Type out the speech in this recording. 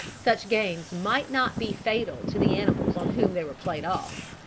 such games might not be fatal to the animals on whom they were played off.